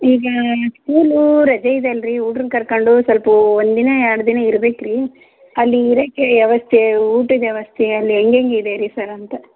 ಈಗ ಸ್ಕೋಲು ರಜೆ ಇದೆ ಅಲ್ಲರಿ ಹುಡ್ರನ್ನ ಕರ್ಕೊಂಡು ಸ್ವಲ್ಪ ಒಂದಿನ ಎರಡು ದಿನ ಇರ್ಬೇಕು ರೀ ಅಲ್ಲಿ ಇರೋಕೆ ವ್ಯವಸ್ಥೆ ಊಟದ ವ್ಯವಸ್ಥೆ ಅಲ್ಲಿ ಹೆಂಗೆಂಗ್ ಇದೆ ರೀ ಸರ್ ಅಂತ